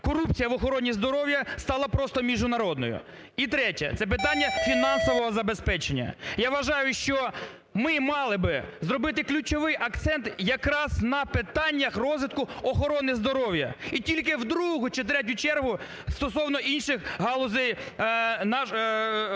корупції в охороні здоров'я стала просто міжнародною. І третє, це питання фінансового забезпечення. Я вважаю, що ми мали б зробити ключовий акцент якраз на питаннях розвитку охорони здоров'я. І тільки в другу чи третю чергу стосовно інших галузей нашої